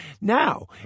Now